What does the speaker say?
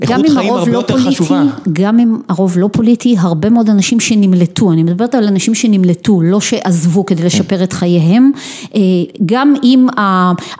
גם אם הרוב לא פוליטי, הרבה מאוד אנשים שנמלטו, אני מדברת על אנשים שנמלטו, לא שעזבו כדי לשפר את חייהם, גם אם ה...